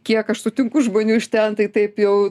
kiek aš sutinku žmonių iš ten tai taip jau